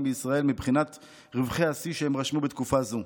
בישראל מבחינת רווחי השיא שהם רשמו בתקופה זו.